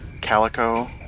Calico